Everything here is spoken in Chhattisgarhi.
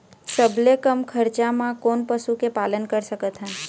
सबले कम खरचा मा कोन पशु के पालन कर सकथन?